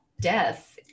death